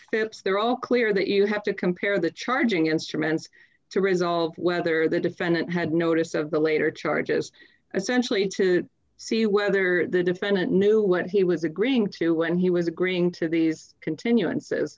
steps they're all clear that you have to compare the charging instruments to resolve whether the defendant had notice of the later charges essentially to see whether the defendant knew what he was agreeing to when he was agreeing to these continuances